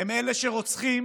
הם אלה שרוצחים,